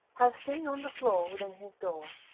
had seen on the floor within his door,